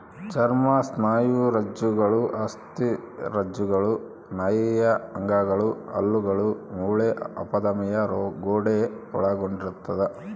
ಚರ್ಮ ಸ್ನಾಯುರಜ್ಜುಗಳು ಅಸ್ಥಿರಜ್ಜುಗಳು ನಾಳೀಯ ಅಂಗಗಳು ಹಲ್ಲುಗಳು ಮೂಳೆ ಅಪಧಮನಿಯ ಗೋಡೆ ಒಳಗೊಂಡಿರ್ತದ